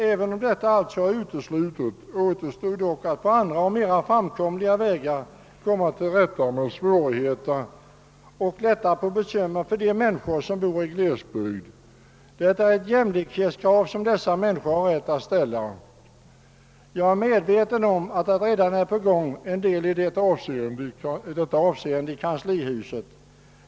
även om något sådant alltså är uteslutet, återstår dock att på andra och mer framkomliga vägar söka komma till rätta med svårigheter och lätta på bekymmer för de människor som bor i glesbygd. Det är ett jämlikhetskrav som dessa människor har rätt att ställa. Jag är medveten om att det redan är på gång en hel del i detta avseende i kanslihuset.